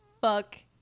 fuck